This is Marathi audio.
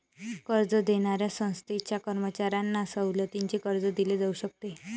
कर्ज देणाऱ्या संस्थांच्या कर्मचाऱ्यांना सवलतीचे कर्ज दिले जाऊ शकते